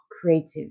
creative